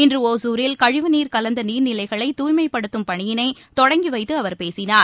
இன்றுஒருரில் கழிவுநீர் கலந்தநீர்நிலைகளைதாய்மைப்படுத்தும் பணியிளைதொடங்கிவைத்துஅவர் பேசினார்